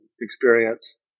experience